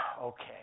Okay